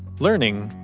learning,